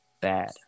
bad